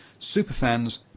superfans